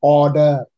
order